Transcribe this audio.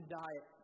diet